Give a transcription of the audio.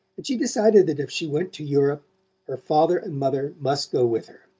and she decided that if she went to europe her father and mother must go with her.